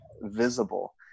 visible